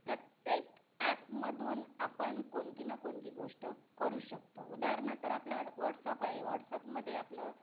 प्रत्येक ॲपमधून आपण कोणती न कोणती गोष्ट करू शकतो उदाहरणं तर आपलं वॉट्सअप आहे वॉट्सअपमध्ये आपलं